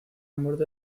muerte